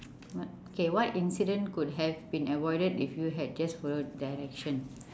what okay what incident could have been avoided if you had just followed directions